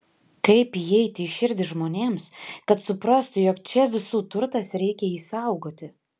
kaip įeiti į širdį žmonėms kad suprastų jog čia visų turtas ir reikia jį saugoti